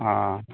ହଁ